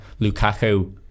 Lukaku